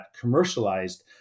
commercialized